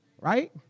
Right